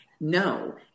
No